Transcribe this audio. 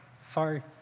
sorry